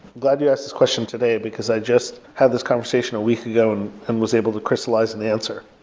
glad you asked this question today, because i just had this conversation a week ago and was able to crystalize an answer,